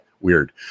Weird